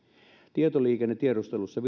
tietoliikennetiedustelussa